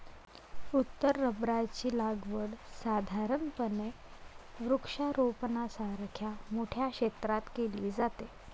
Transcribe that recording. उत्तर रबराची लागवड साधारणपणे वृक्षारोपणासारख्या मोठ्या क्षेत्रात केली जाते